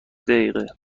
دقیقه